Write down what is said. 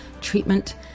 treatment